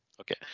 Okay